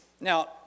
now